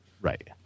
Right